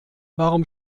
warum